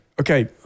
Okay